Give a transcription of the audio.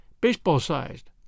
baseball-sized